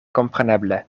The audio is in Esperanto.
kompreneble